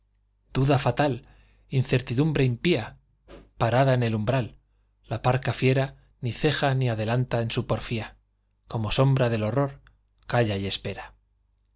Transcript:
duda fatal incertidumbre impía parada en el umbral la parca fiera ni ceja ni adelanta en su porfía como sombra de horror calla y espera